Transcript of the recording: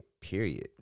period